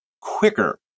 quicker